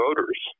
voters